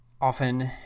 often